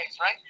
right